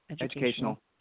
educational